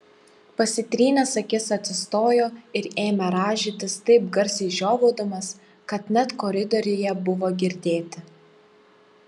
pasitrynęs akis atsistojo ir ėmė rąžytis taip garsiai žiovaudamas kad net koridoriuje buvo girdėti